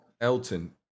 Elton